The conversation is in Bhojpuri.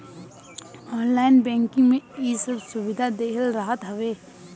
ऑनलाइन बैंकिंग में इ सब सुविधा देहल रहत हवे